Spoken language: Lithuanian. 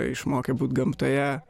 išmokė būt gamtoje